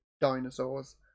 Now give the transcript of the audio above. dinosaurs